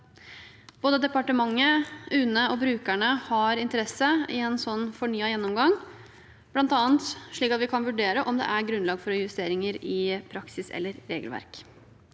Både departementet, UNE og brukerne har interesse av en sånn fornyet gjennomgang, bl.a. slik at vi kan vurdere om det er grunnlag for justeringer i praksis eller regelverk.